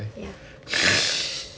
ya